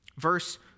Verse